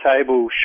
table